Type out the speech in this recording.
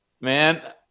man